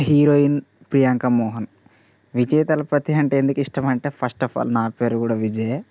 heroine Priyanka Mohan Vijay Thalapathy అంటే ఎందుకు ఇష్టం అంటే ఫస్ట్ ఆఫ్ ఆల్ నా పేరు కూడా విజయ్యే